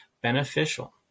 beneficial